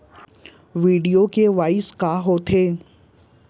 video KYC का होथे